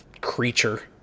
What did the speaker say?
creature